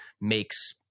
makes